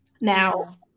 now